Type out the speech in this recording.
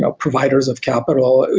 ah providers of capital,